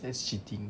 that's cheating